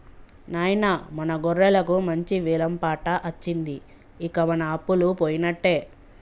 నాయిన మన గొర్రెలకు మంచి వెలం పాట అచ్చింది ఇంక మన అప్పలు పోయినట్టే